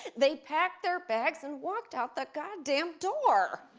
they packed their bags and walked out the goddamn door.